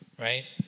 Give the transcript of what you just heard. right